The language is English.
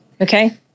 Okay